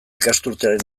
ikasturtearen